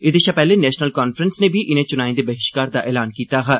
एह्दे शा पैहले नेशनल कांफ्रैंस नै बी इनें चुनाएं दे बहिष्कार दा ऐलान कीता हा